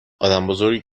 آدمبزرگی